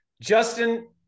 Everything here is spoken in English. Justin